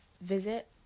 visit